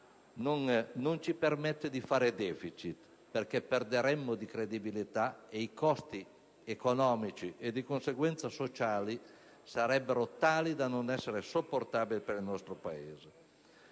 non ci permettono di fare *deficit* perché perderemmo di credibilità e i costi economici e di conseguenza sociali sarebbero tali da non essere sopportabili per il nostro Paese.